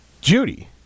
Judy